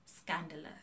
scandalous